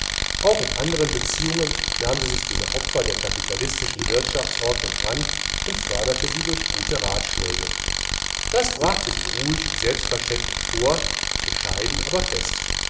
auch in andern beziehungen nahm sie sich dieser opfer der kapitalistischen wirtschaftsordnung an und förderte sie durch gute ratschläge das brachte sie ruhig und selbstverständlich vor bescheiden aber fest